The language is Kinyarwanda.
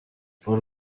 paul